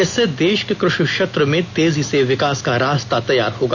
इससे देश के कृषि क्षेत्र में तेजी से विकास का रास्ता तैयार होगा